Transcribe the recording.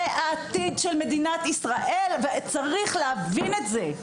זה העתיד של מדינת ישראל וצריך להבין את זה.